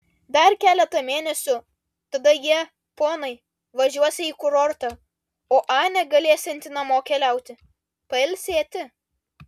dar keletą mėnesių tada jie ponai važiuosią į kurortą o anė galėsianti namo keliauti pailsėti